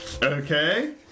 Okay